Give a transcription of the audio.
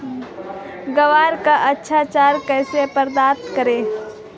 ग्वार का अच्छा चारा कैसे प्राप्त करें?